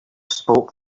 spoke